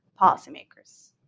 policymakers